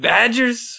Badgers